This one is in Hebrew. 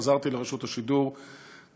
חזרתי לרשות השידור כיושב-ראש.